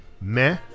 Meh